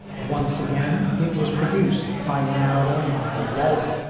once again, it was produced by narada michael walden.